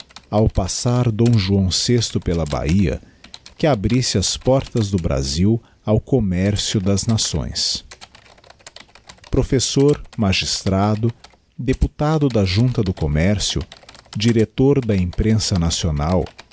ao passar d joão vi pela bahia que abrisse as portas do brasil ao commercio das nações professor magistrado deputado da junta do commercio director da imprensa nacional